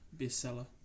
bestseller